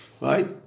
Right